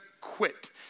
quit